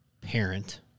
parent